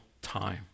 time